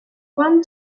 one